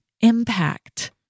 impact